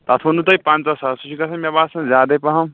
تَتھ ووٚنوُ تۄہہِ پَنٛژاہ ساس سُہ چھِ گژھان مےٚ باسان زیادَے پَہم